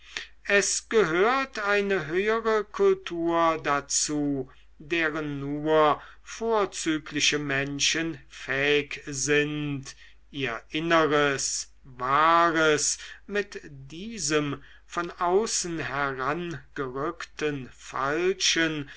es gehört eine höhere kultur dazu deren nur vorzügliche menschen fähig sind ihr inneres wahres mit diesem von außen herangerückten falschen